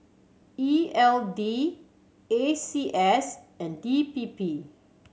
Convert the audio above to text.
E L D A C S and D P P